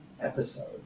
episode